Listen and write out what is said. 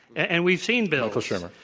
and we've seen bills. michael shermer.